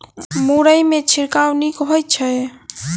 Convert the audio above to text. मुरई मे छिड़काव नीक होइ छै?